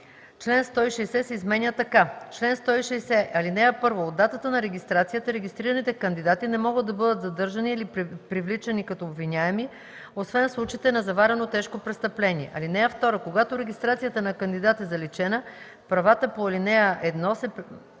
представители: „Чл. 160. (1) От датата на регистрацията регистрираните кандидати не могат да бъдат задържани или привличани като обвиняеми освен в случаите на заварено тежко престъпление. (2) Когато регистрацията на кандидат е заличена, правата по ал. 1 се прекратяват